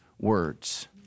words